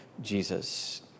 Jesus